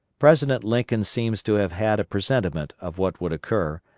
president lincoln seems to have had a presentiment of what would occur,